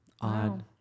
odd